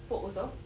poke also